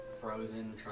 frozen